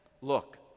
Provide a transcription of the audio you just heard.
Look